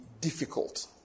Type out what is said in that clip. difficult